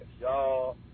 Y'all